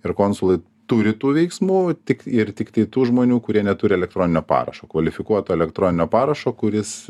ir konsulai turi tų veiksmų tik ir tiktai tų žmonių kurie neturi elektroninio parašo kvalifikuoto elektroninio parašo kuris